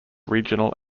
regional